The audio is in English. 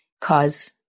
cause